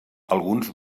alguns